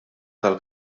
tal